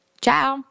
Ciao